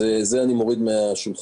ואת זה אני מוריד מהשולחן.